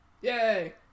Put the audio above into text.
Yay